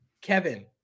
Kevin